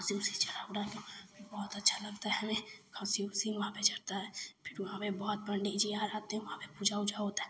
खस्सी उस्सी चढ़ा उढ़ाकर बहुत अच्छा लगता है हमें खस्सी उस्सी वहाँ पर चढ़ता है फिर वहाँ पर बहुत पण्डितजी और आते हैं वहाँ पर पूजा उजा होती है